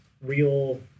real